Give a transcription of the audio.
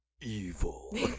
evil